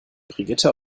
brigitte